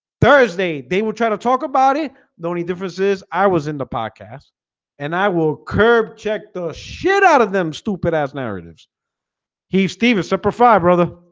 thursday they will try to talk about it the only difference is i was in the podcast and i will curb check the shit out of them stupid ass narratives he stevie superfly, brother